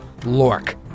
Lork